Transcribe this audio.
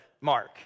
mark